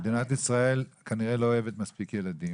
מדינת ישראל כנראה לא אוהבת מספיק ילדים.